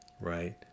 right